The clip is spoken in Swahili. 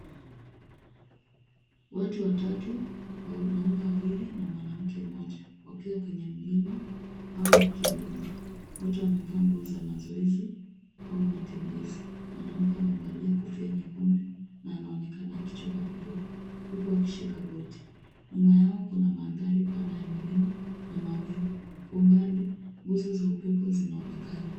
Watu watatu, wanaume wawili na mwanamke mmoja, wakiwa kwenye mlima au kilima. Wote wamevaa nguo za mazoezi au matembezi. Mwanamke amevalia kofia nyekundu na anaonekana akichoka kidogo huku akishika goti. Nyuma yao pana mandhari pana ya milima na mawingu. Kwa umbali, nguzo za upepo zinaonekana.